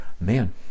man